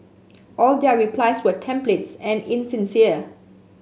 all their replies were templates and insincere